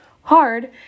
hard